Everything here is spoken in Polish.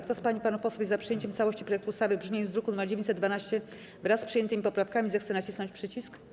Kto z pań i panów posłów jest przyjęciem w całości projektu ustawy w brzmieniu z druku nr 912, wraz z przyjętymi poprawkami, zechce nacisnąć przycisk.